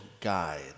guide